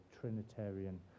Trinitarian